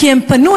כי הן פנו,